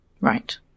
Right